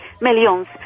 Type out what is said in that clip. Millions